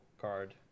card